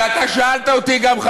ואתה שאלת אותי גם,